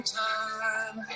time